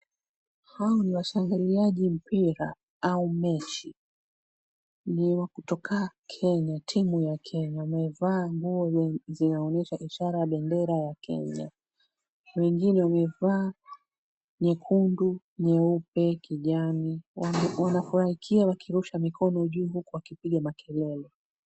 Hawa ni washangiliaji mpira au mechi, ni wa kutoka Kenya, timu ya Kenya iliyovaa zinazoonyesha ishara ya bendera ya Kenya. Wengine wamevaa nyekundu, nyeupe, kijani wanafurahikia wakirusha mikono juu wakipiga makelele.